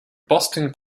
boston